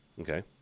Okay